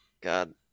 god